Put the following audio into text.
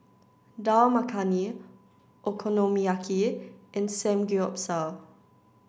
Dal Makhani Okonomiyaki and Samgeyopsal